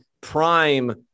prime